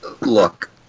Look